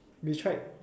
we tried